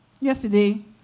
Yesterday